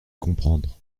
comprendre